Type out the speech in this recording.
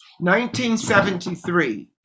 1973